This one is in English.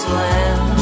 land